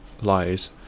lies